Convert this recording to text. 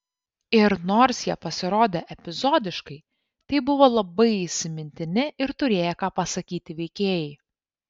ir nors jie pasirodė epizodiškai tai buvo labai įsimintini ir turėję ką pasakyti veikėjai